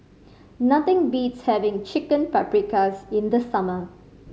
nothing beats having Chicken Paprikas in the summer